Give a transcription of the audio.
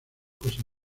cosas